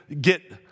get